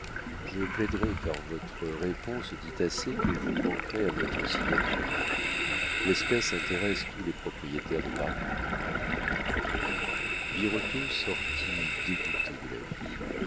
je plaiderai car votre réponse dit assez que vous manquerez à votre signature l'espèce intéresse tous les propriétaires de paris birotteau sortit dégoûté de la vie